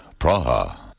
Praha